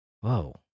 whoa